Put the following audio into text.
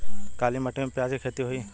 काली माटी में प्याज के खेती होई?